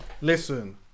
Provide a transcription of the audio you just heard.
Listen